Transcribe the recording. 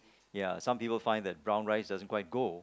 ya some people find that brown rice doesn't quite go